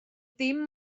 dim